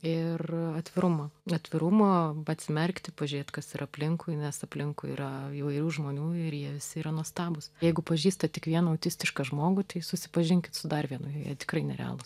ir atvirumo atvirumo atsimerkti pažiūrėt kas yra aplinkui nes aplinkui yra įvairių žmonių ir jie yra nuostabūs jeigu pažįstat tik vieną autistišką žmogų tai susipažink su dar vienu jie tikrai nerealūs